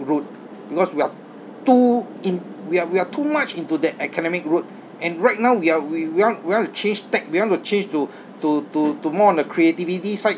route because we are too in we are we are too much into that academic road and right now we are we we want we want to change tech we want to change to to to to more on the creativity side